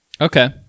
okay